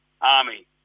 army